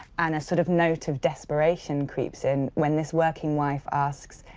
and a sort of note of desperation creeps in when this working wife asks,